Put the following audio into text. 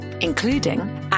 including